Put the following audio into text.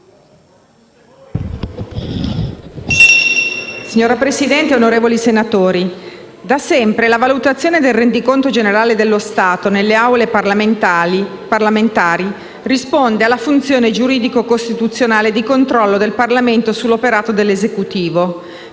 Signora Presidente, onorevoli senatori, da sempre la valutazione del rendiconto generale dello Stato nelle Aule parlamentari risponde alla funzione giuridico-costituzionale di controllo del Parlamento sull'operato dell'Esecutivo,